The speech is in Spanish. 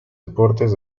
deportes